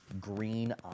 green